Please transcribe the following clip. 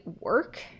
work